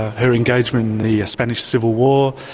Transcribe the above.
her engagement in the spanish civil war,